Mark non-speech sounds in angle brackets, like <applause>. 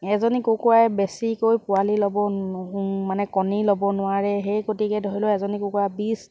এজনী কুকুৰাই বেছিকৈ পোৱালি ল'ব <unintelligible> মানে কণী ল'ব নোৱাৰে সেই গতিকে ধৰি লওক এজনী কুকুৰা বিশ